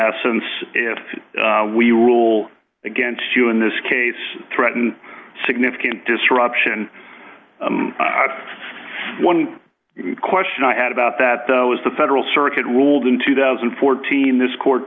essence if we rule against you in this case threaten significant disruption one question i had about that though is the federal circuit ruled in two thousand and fourteen this court